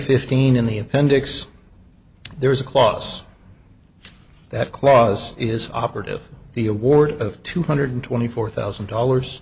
fifteen in the appendix there is a clause that clause is operative the award of two hundred twenty four thousand dollars